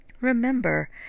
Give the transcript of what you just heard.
Remember